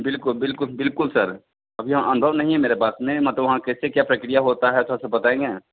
बिल्कुल बिल्कुल बिल्कुल सर अभी अनुभव नहीं है मेरे पास में मतलब वहाँ कैसे क्या प्रक्रिया होता हे थोड़ा सा बताएंगे